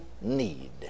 need